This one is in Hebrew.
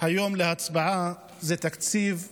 היום להצבעה זה תקציב גרוע,